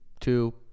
two